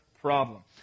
problem